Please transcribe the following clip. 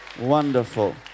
wonderful